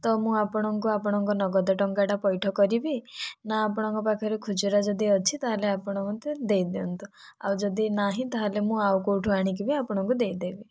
ତ ମୁଁ ଆପଣଙ୍କୁ ଆପଣଙ୍କ ନଗଦ ଟଙ୍କାଟା ପଇଠ କରିବି ନା ଆପଣଙ୍କ ପାଖରେ ଖୁଚୁରା ଯଦି ଅଛି ତା'ହେଲେ ଆପଣ ମୋତେ ଦେଇଦିଅନ୍ତୁ ଆଉ ଯଦି ନାହିଁ ତା'ହେଲେ ମୁଁ ଆଉ କେଉଁଠୁ ଆଣିକି ବି ଆପଣକୁ ଦେଇଦେବି